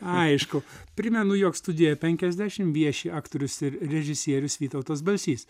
aišku primenu jog studijoje penkiasdešim vieši aktorius ir režisierius vytautas balsys